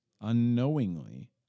unknowingly